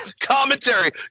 commentary